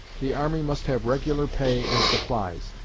the army must have regular pay and supplies,